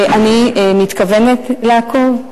אני מתכוונת לעקוב.